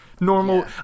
normal